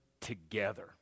together